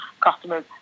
customers